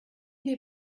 les